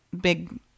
big